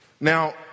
Now